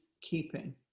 keeping